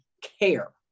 care